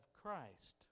Christ